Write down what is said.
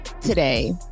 today